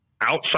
outside